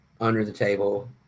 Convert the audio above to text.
under-the-table